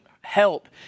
help